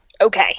okay